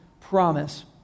promise